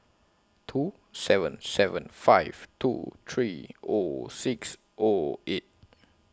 two seven seven five two three O six O eight